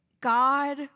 God